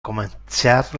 comenciar